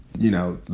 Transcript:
you know,